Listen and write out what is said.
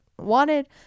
wanted